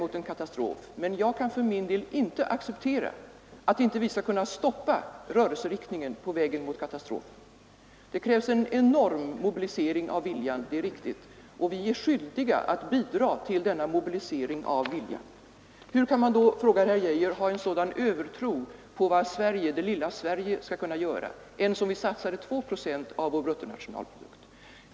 Ja, det är vi, men jag kan för min del inte acceptera att vi inte skulle kunna stoppa rörelseriktningen på vägen mot katastrofen. Det är riktigt att det krävs en enorm mobilisering av viljan, och vi är skyldiga att bidra till denna mobilisering. Hur kan man då, frågar herr Geijer, ha en sådan övertro på vad det lilla Sverige skall kunna göra ens om vi satsade 2 procent av bruttonationalprodukten?